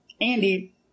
Andy